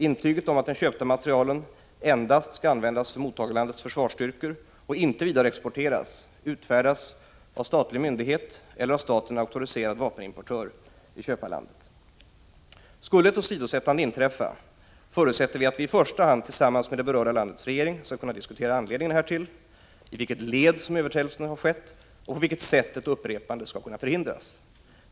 Intyget om att den köpta materielen endast skall användas för mottagarlandets försvarsstyrkor och inte vidareexporteras utfärdas av statlig myndighet eller av staten auktoriserad vapenimportör i köparlandet. Skulle ett åsidosättande inträffa, förutsätter vi att vi i första hand tillsammans med det berörda landets regering skall kunna diskutera anledningen härtill, i vilket led som överträdelsen skett och på vilket sätt ett upprepande skall kunna förhindras.